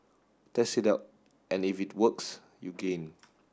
test it out and if it works you gain